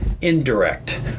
indirect